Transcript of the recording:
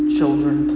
Children